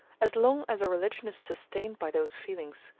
as long as a religion is sustained by those feelings,